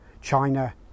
China